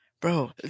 Bro